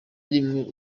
rimwe